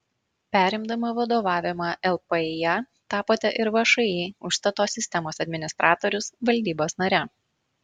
perimdama vadovavimą lpįa tapote ir všį užstato sistemos administratorius valdybos nare